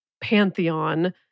pantheon